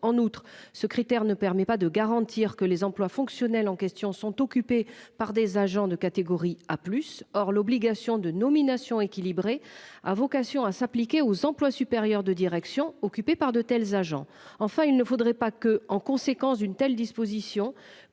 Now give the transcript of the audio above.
en outre ce critère ne permet pas de garantir que les employes fonctionnel en question sont occupés par des agents de catégorie A plus. Or l'obligation de nominations équilibrées a vocation à s'appliquer aux emplois supérieurs de direction occupé par de tels agents enfin il ne faudrait pas que, en conséquence d'une telle disposition